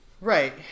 Right